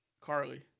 Carly